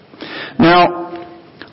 Now